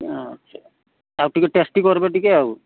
ଆଛା ଆଉ ଟିକେ ଟେଷ୍ଟି କରିବେ ଟିକେ ଆଉ